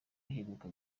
aheruka